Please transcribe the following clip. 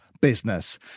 Business